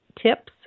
tips